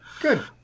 Good